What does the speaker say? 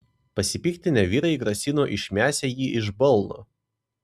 pasipiktinę vyrai grasino išmesią jį iš balno